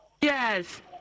Yes